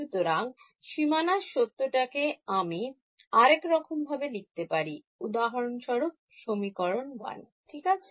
সুতরাং সীমানার সত্যটাকে আমি আরেক রকম ভাবে লিখতে পারি উদাহরণস্বরূপ সমীকরণ 1 ঠিক আছে